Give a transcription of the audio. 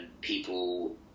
people